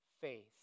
faith